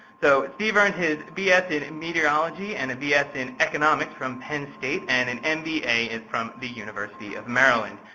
so steve earned his b s. in meteorology and a b s. in economics from penn state, and an m b a. from the university of maryland.